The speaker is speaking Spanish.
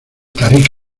tarik